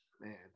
Man